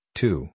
two